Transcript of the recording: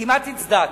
כמעט הצדעתי.